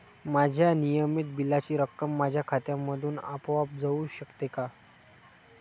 माझ्या नियमित बिलाची रक्कम माझ्या खात्यामधून आपोआप जाऊ शकते का?